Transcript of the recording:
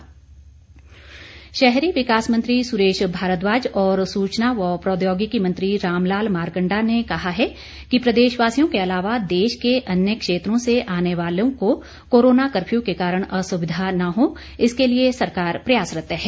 संयुक्त बयान शहरी विकास मंत्री सुरेश भारद्वाज और सूचना व प्रौद्योगिकी मंत्री रामलाल मारकंडा ने कहा है कि प्रदेशवासियों के अलावा देश के अन्य क्षेत्रों से आने वालों को कोरोना कर्फ्यू के कारण असुविधा न हो इसके लिए सरकार प्रयासरत है